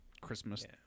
Christmas